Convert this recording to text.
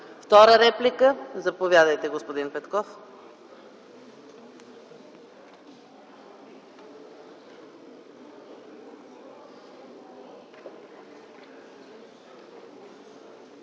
Втора реплика? Заповядайте, господин Петков.